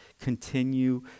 continue